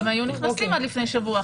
אנשים היו נכנסים עד לפני שבוע,